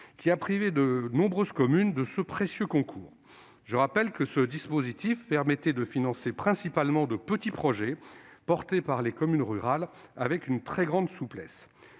qui a privé de nombreuses communes de précieux concours. Je le rappelle, ce dispositif permettait de financer principalement des petits projets de communes rurales, avec une très grande souplesse.